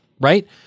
right